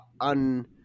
un